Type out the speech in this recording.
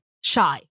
shy